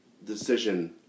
Decision